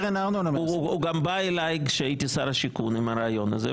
הוא גם בא אליי כשהייתי שר השיכון עם הרעיון הזה,